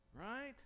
right